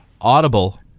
Audible